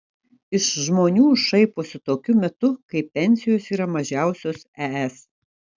iš žmonių šaiposi tokiu metu kai pensijos yra mažiausios es